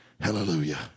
hallelujah